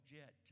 jet